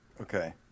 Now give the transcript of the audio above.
Okay